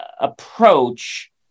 approach